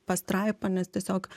pastraipą nes tiesiog